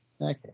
okay